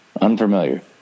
Unfamiliar